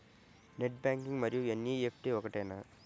Net banking మరియు NEFT ఒకటేనా?